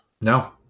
no